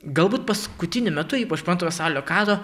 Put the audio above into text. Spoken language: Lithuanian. galbūt paskutiniu metu ypač po antrojo pasaulinio karo